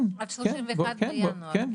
כן, כן.